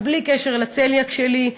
אבל בלי קשר לצליאק שלי,